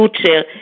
future